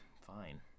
Fine